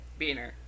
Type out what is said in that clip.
beaner